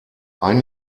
ein